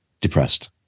depressed